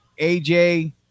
AJ